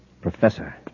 Professor